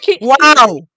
Wow